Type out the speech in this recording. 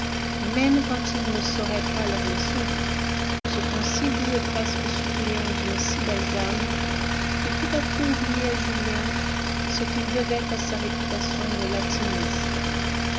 même quand ils ne sauraient pas leurs leçons ce ton si doux et presque suppliant d'une si belle dame fit tout à coup oublier à julien ce qu'il devait à sa réputation de latiniste